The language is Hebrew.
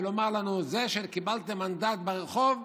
ולומר לנו: זה שקיבלתם מנדט ברחוב,